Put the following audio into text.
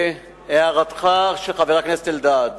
להערתך, חבר הכנסת אלדד,